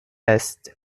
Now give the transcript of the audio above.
est